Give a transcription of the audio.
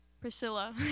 Priscilla